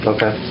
Okay